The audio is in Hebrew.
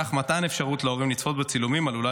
כך שמתן האפשרות להורים לצפות בצילומים עלולה